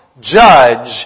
Judge